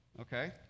okay